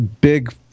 big